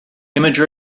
image